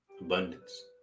abundance